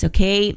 Okay